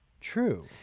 true